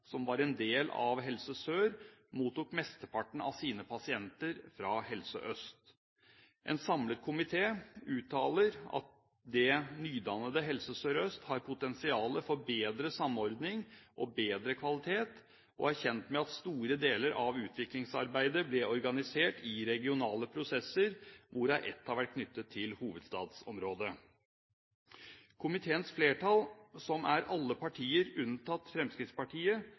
som var en del av Helse Sør, mottok mesteparten av sine pasienter fra Helse Øst. En samlet komité uttaler at «det nydannede Helse Sør-Øst har potensial for bedre samordning og bedre kvalitet, og er kjent med at store deler av utviklingsarbeidet ble organisert i regionale prosesser, hvorav ett har vært knyttet til hovedstadsområdet». Komiteens flertall, som er alle partier unntatt Fremskrittspartiet,